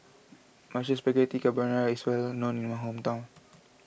Mushroom Spaghetti Carbonara is well known in my hometown